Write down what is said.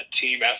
team